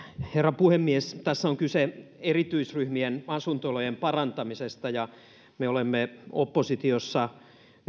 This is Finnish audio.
herra puhemies tässä on kyse erityisryhmien asunto olojen parantamisesta ja me olemme oppositiossa